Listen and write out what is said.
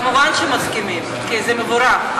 כמובן שמסכימים כי זה מבורך,